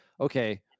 okay